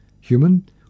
human